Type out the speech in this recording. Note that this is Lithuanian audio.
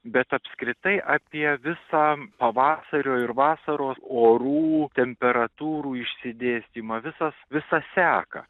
bet apskritai apie visą pavasario ir vasaros orų temperatūrų išsidėstymą visas visą seką